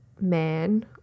man